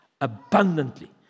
Abundantly